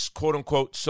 quote-unquote